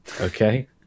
okay